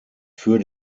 für